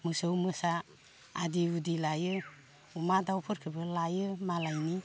मोसौ मोसा आदि उदि लायो अमा दाउफोरखोबो लायो मालायनि